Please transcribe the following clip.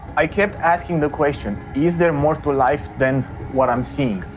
i kept asking the question is there more to life than what i'm seeing?